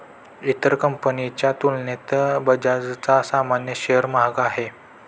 इतर कंपनीच्या तुलनेत बजाजचा सामान्य शेअर महाग आहे